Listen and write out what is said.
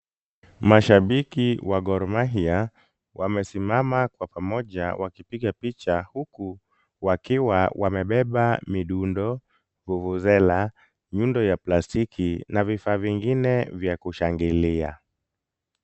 Mashabiki wa Gor mahia wamesimama kwa pamoja wakipiga picha huku wakiwa wamebeba midundo , vuvuzela , nyundo ya plastiki na vifaa vingine vya kushangilia .